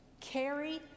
Carry